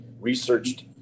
researched